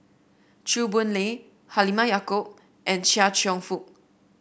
Chew Boon Lay Halimah Yacob and Chia Cheong Fook